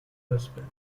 husband